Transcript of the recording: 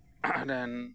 ᱨᱮᱱ